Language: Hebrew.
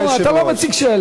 לא, אתה לא מציג שאלה.